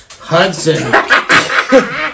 Hudson